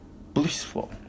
blissful